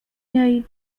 jej